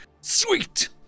Sweet